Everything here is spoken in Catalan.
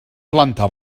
planta